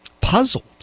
puzzled